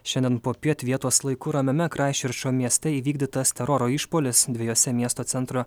šiandien popiet vietos laiku ramiame kraisčerčo mieste įvykdytas teroro išpuolis dviejose miesto centro